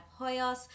Hoyos